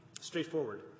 straightforward